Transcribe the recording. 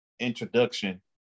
introduction